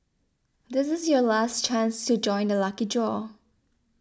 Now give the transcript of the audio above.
this is your last chance to join the lucky draw